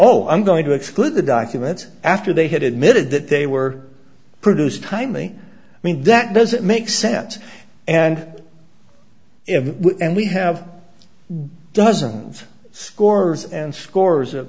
oh i'm going to exclude the documents after they had admitted that they were produced timing i mean that doesn't make sense and if and we have dozens scores and scores of